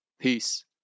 Peace